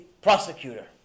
prosecutor